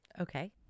Okay